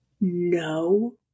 no